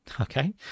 Okay